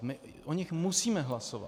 My o nich musíme hlasovat.